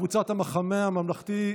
קבוצת סיעת המחנה הממלכתי,